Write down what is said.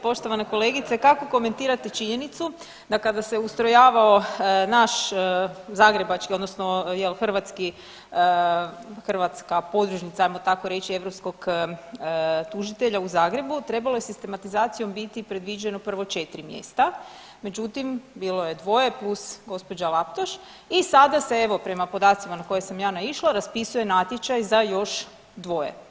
Poštovana kolegice kako komentirate činjenicu da kada se ustrojavao naš zagrebački, odnosno hrvatska podružnica hajmo tako reći europskog tužitelja u Zagrebu trebalo je sistematizacijom biti predviđeno prvo četiri mjesta, međutim bilo je dvoje plus gospođa Laptoš i sada se evo prema podacima na koje sam ja naišla raspisuje natječaj za još dvoje.